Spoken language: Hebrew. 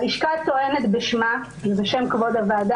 הלשכה טוענת בשמה ובשם כבוד הוועדה